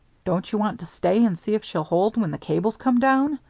don't you want to stay and see if she'll hold when the cable comes down?